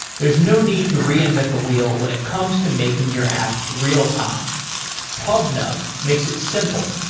there is no need to reinvent the wheel when it comes to making your app real-time pubnub makes it simple,